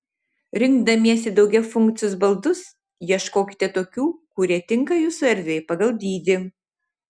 rinkdamiesi daugiafunkcius baldus ieškokite tokių kurie tinka jūsų erdvei pagal dydį